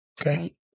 okay